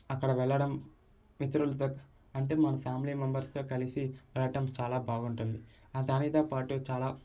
అక్కడ వెళ్లడం మిత్రులతో అంటే మా ఫ్యామిలీ మెంబెర్స్తో కలిసి వెళ్ళటం చాలా బాగుంటుంది దానితో పాటు చాలా